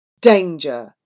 Danger